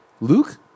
Luke